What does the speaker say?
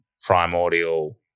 primordial